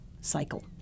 cycle